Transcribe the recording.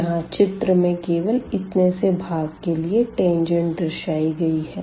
यहाँ चित्र में केवल इतने से भाग के लिए टेंजेंट दर्शाई गई है